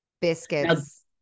biscuits